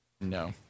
No